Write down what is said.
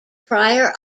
prior